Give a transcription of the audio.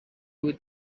with